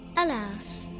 alas,